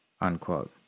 Unquote